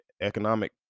economic